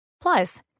Plus